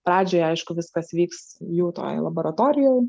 pradžioje aišku viskas vyks jų toj laboratorijoj